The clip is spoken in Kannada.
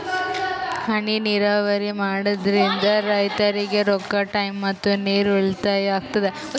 ಹನಿ ನೀರಾವರಿ ಮಾಡಾದ್ರಿಂದ್ ರೈತರಿಗ್ ರೊಕ್ಕಾ ಟೈಮ್ ಮತ್ತ ನೀರ್ ಉಳ್ತಾಯಾ ಆಗ್ತದಾ